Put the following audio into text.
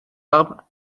barbe